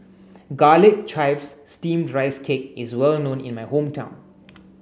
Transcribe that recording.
garlic chives steamed rice cake is well known in my hometown